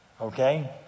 Okay